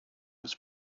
was